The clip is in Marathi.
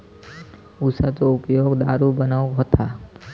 उसाचो उपयोग दारू बनवूक होता